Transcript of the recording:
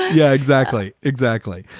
yeah, exactly. exactly.